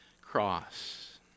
cross